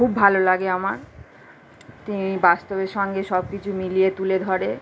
খুব ভালো লাগে আমার তিনি বাস্তবের সঙ্গে সবকিছু মিলিয়ে তুলে ধরে